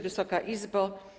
Wysoka Izbo!